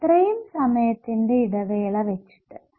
അത്രയും സമയത്തിന്റെ ഇടവേള വെച്ചിട്ട്